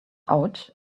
out